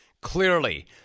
Clearly